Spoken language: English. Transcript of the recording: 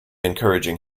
encouraging